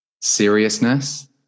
seriousness